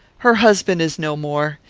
her husband is no more.